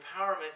empowerment